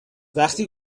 وقتی